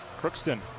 Crookston